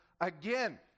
Again